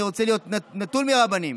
אני רוצה להיות נטול רבנים.